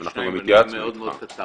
אנחנו גם התייעצנו איתך,